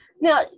Now